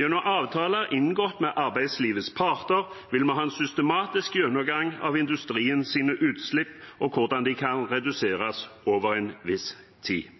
Gjennom avtaler inngått med arbeidslivets parter vil vi ha en systematisk gjennomgang av industriens utslipp og hvordan de kan reduseres over en viss tid.